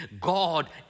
God